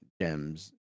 gems